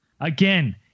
Again